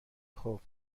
خوبچه